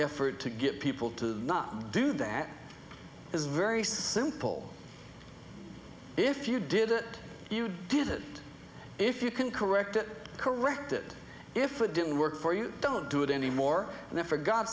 effort to get people to not do that is very simple if you did it you did it if you can correct it correct it if it didn't work for you don't do it anymore and then for god's